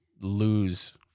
Lose